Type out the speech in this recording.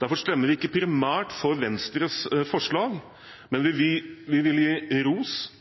Derfor stemmer vi ikke primært for Venstres forslag, men vi vil gi ros